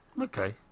Okay